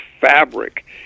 fabric